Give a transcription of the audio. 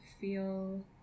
feel